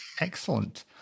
excellent